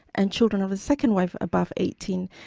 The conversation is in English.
and children of the second wife above eighteen.